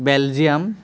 Belgium